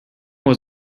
was